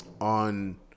On